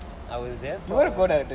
I was there for